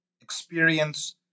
experience